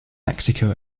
mexico